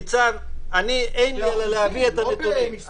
ניצן, אני נותן את הנתונים.